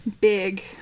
big